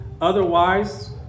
Otherwise